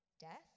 Death